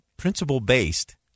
principle-based